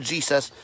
Jesus